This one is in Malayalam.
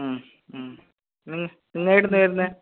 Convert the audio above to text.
നിങ്ങൾ ഈട്ന്ന് ഏട്ന്ന്